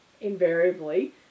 invariably